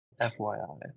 FYI